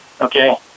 okay